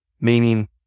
Meaning